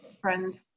friends